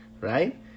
right